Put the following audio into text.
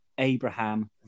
Abraham